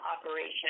operation